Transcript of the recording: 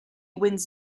wins